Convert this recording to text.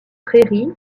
prairies